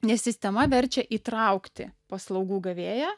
nes sistema verčia įtraukti paslaugų gavėją